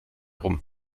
rum